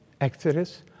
Exodus